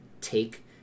take